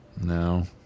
No